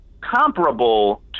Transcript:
comparable